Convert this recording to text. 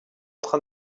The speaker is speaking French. train